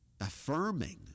affirming